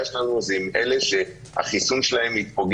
שלנו זה עם אלה שהיעילות של החיסון התפוגגה,